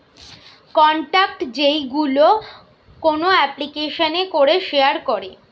contact যেইগুলো কোন এপ্লিকেশানে করে শেয়ার করে